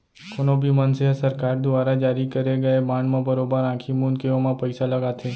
कोनो भी मनसे ह सरकार दुवारा जारी करे गए बांड म बरोबर आंखी मूंद के ओमा पइसा लगाथे